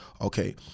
okay